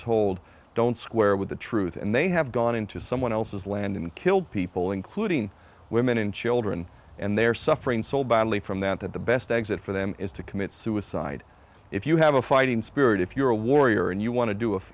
told don't square with the truth and they have gone into someone else's land and killed people including women and children and they're suffering so badly from that that the best exit for them is to commit suicide if you have a fighting spirit if you're a warrior and you want to do